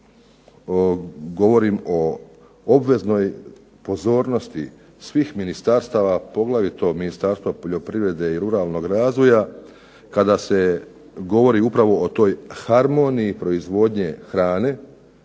govorim o obveznoj pozornosti svih ministarstava, poglavito Ministarstva poljoprivrede i ruralnog razvoja kada se govori upravo o toj harmoniji proizvodnji hrane